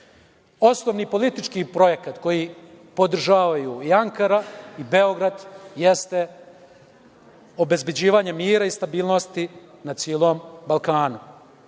Osnovni politički projekat koji podržavaju i Ankara i Beograd, jeste obezbeđivanje mira i stabilnosti na celom Balkanu. Što